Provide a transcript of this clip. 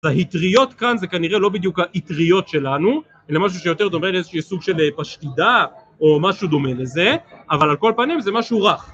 האטריות כאן זה כנראה לא בדיוק האטריות שלנו, אלא משהו שיותר דומה לאיזושהי סוג של פשטידה או משהו דומה לזה, אבל על כל פנים זה משהו רח